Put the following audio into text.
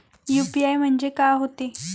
UPI म्हणजे का होते?